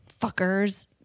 fuckers